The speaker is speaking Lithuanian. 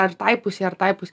ar tai pusei ar tai pusei